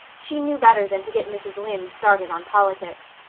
she knew better than to get mrs. lynde started on politics.